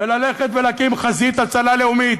וללכת ולהקים חזית הצלה לאומית